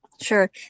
Sure